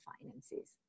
finances